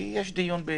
כי כבר יש דיון משפטי,